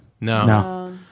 No